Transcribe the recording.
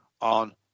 on